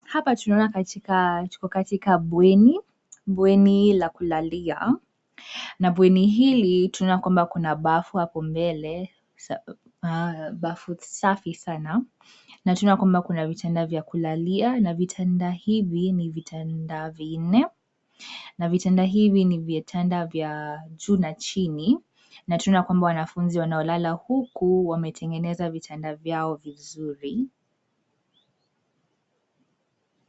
Hapa tunaona katika bweni la kulalia. Na bweni hili, tunoana kwamba kuna bafu hapo mbele, bafu safi sana. Na tunaona ya kwamba kuna vitanda vya kulalia, na vitanda hivi ni vitanda vinne. Na vitanda hivi ni vitanda vya juu na chini. Na tunaona ya kwamba wanafunzi wanaolala huku, wametengeneza vitanda vyao vizuri.